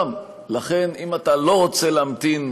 לכן, אם אתה לא רוצה להמתין